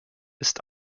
ist